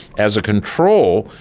as a control,